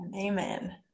amen